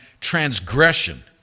transgression